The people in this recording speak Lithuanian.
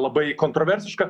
labai kontroversiška